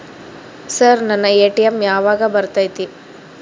Sir ನನ್ನ ATM ಯಾವಾಗ ಬರತೈತಿ?